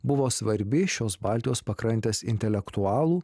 buvo svarbi šios baltijos pakrantės intelektualų